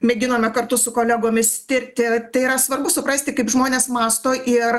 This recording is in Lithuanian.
mėginome kartu su kolegomis tirti tai yra svarbu suprasti kaip žmonės mąsto ir